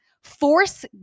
force